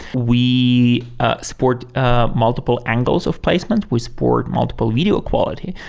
we ah support ah multiple angles of placement. we support multiple video quality.